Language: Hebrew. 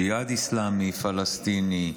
ג'יהאד אסלאמי פלסטיני,